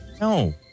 No